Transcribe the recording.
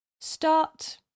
start